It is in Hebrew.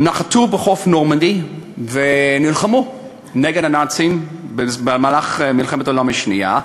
נחתו בחוף נורמנדי ונלחמו נגד הנאצים במהלך מלחמת העולם השנייה.